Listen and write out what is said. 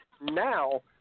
now